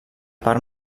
part